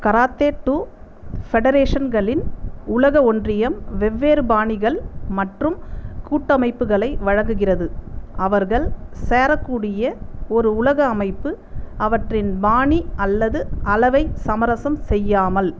karate do ஃபெடரேஷன்களின் உலக ஒன்றியம் வெவ்வேறு பாணிகள் மற்றும் கூட்டமைப்புகளை வழங்குகிறது அவர்கள் சேரக்கூடிய ஒரு உலக அமைப்பு அவற்றின் பாணி அல்லது அளவை சமரசம் செய்யாமல்